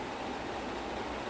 ah okay